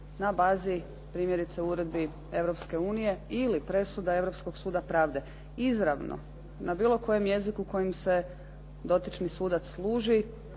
na bazi primjerice uredbi Europske unije ili presuda Europskog suda pravde izravno na bilo kojem jeziku kojim se dotični sudac služi.